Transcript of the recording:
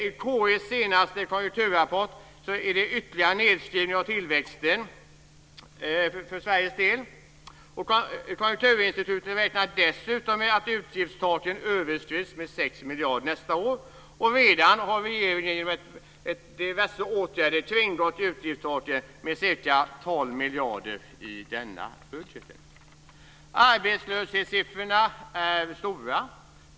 Konjunkturinstitutets senaste konjunkturrapport visar en ytterligare nedskrivning av tillväxten för Sveriges del. KI räknar dessutom med att utgiftstaken överskrids med 6 miljarder nästa år. Redan har regeringen genom diverse åtgärder kringgått utgiftstaket med ca 12 miljarder i denna budget. Arbetslöshetssiffrorna är höga.